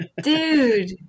dude